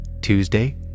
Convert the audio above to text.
Tuesday